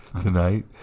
tonight